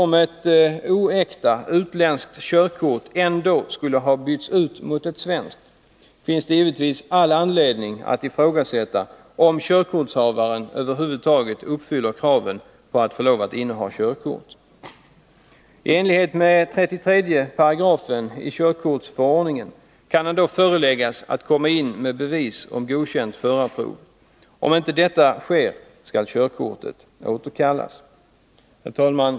Om ett oäkta utländskt körkort ändå skulle ha bytts ut mot ett svenskt, finns det givetvis all anledning att ifrågasätta om körkortshavaren över huvud taget uppfyller de krav som ställs för att få lov att inneha körkort. I enlighet med 33 § körkortsförordningen kan han då föreläggas att komma in med bevis på godkänt förarprov. Om inte detta sker skall körkortet återkallas. Herr talman!